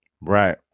Right